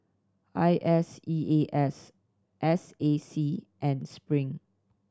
I S E A S S A C and Spring